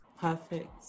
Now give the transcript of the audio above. Perfect